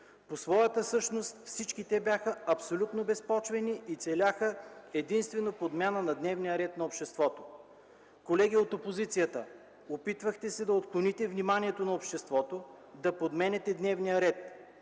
По своята същност всички те бяха абсолютно безпочвени и целяха единствено подмяна на дневния ред на обществото. Колеги от опозицията, опитвахте се да отклоните вниманието на обществото, да подменяте дневния ред.